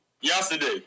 Yesterday